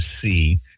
see